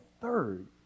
third